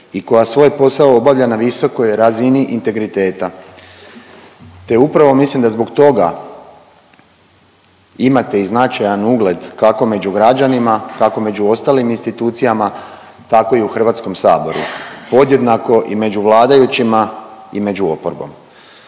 i koji svoj posao obavlja na visokoj razini integriteta te upravo mislim da zbog toga imate i značajan ugled, kako među građanima, kako među ostalim institucijama, tako i HS-u, podjednako i među vladajućima i među oporbom